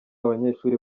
abanyeshuri